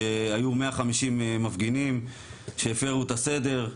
שהיו 150 מפגינים שהפרו את הסדר,